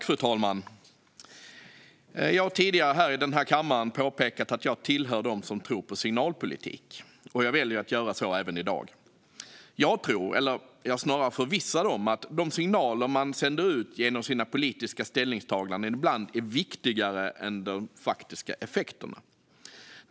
Fru talman! Jag har tidigare här i denna kammare påpekat att jag tillhör dem som tror på signalpolitik, och jag väljer att göra så även i dag. Jag tror, eller är snarare förvissad om, att de signaler man sänder ut genom sina politiska ställningstaganden ibland är viktigare än de faktiska effekterna.